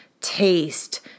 taste